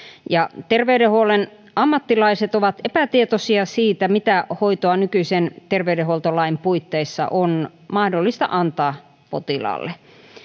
ja terveydenhuollon ammattilaiset ovat epätietoisia siitä mitä hoitoa nykyisen terveydenhuoltolain puitteissa on mahdollista antaa potilaalle